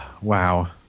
Wow